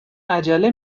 عجله